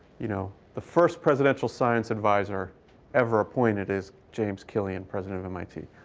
you know the first presidential science adviser ever appointed is james killian, president of mit.